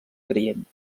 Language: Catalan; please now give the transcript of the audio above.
creient